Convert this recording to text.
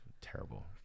Terrible